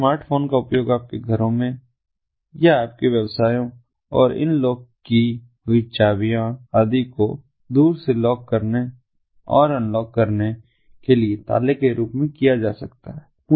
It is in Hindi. इसलिए स्मार्टफ़ोन का उपयोग आपके घरों में या आपके व्यवसायों और इन लॉक की हुई चाबियों आदि को दूर से लॉक करने और अनलॉक करने के लिए ताले के रूप में किया जा सकता है